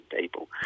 people